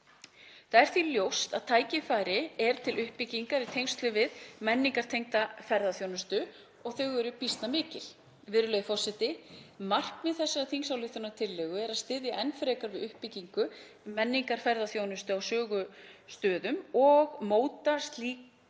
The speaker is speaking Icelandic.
Það er því ljóst að tækifæri til uppbyggingar í tengslum við menningartengda ferðaþjónustu eru býsna mikil. Virðulegi forseti. Markmið þessarar þingsályktunartillögu er að styðja enn frekar við uppbyggingu menningarferðaþjónustu á sögustöðum og móta slíkum